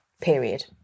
period